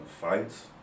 fights